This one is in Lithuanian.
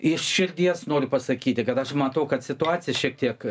iš širdies noriu pasakyti kad aš matau kad situacija šiek tiek